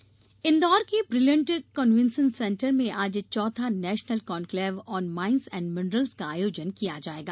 conclave Indore के brilliant convention centre में आज चौथा national conclave on mines and minerals का आयोजन किया जायेगा